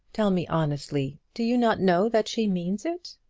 tell me honestly do you not know that she means it?